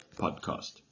podcast